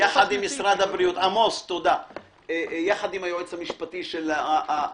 יחד עם משרד הבריאות יחד עם היועץ המשפטי של הוועדה,